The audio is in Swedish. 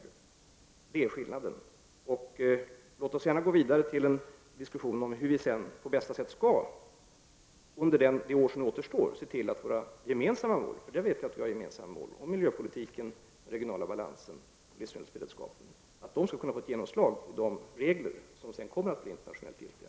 Det är alltså skillnaden. Låt oss sedan gärna gå vidare till en diskussion om hur vi på bästa sätt under det år som återstår ser till att våra gemensamma mål får genomslag i de regler som kommer att bli internationellt giltiga. Jag vet ju att vi har gemensamma mål om miljöpolitiken, den regionala balansen och livsmedelsberedskapen.